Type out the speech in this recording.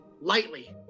Lightly